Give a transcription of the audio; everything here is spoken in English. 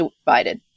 divided